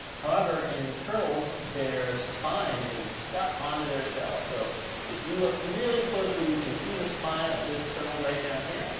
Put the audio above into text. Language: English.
however, in turtles, their spine is stuck onto their shell. so if you look really closely, you can see the spine of this turtle right down here.